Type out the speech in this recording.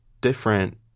different